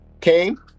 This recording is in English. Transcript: came